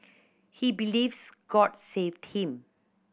he believes God saved him